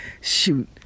Shoot